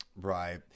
Right